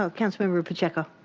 ah councilmember pacheco?